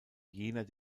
jener